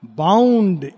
bound